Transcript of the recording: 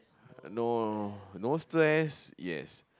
no no stress yes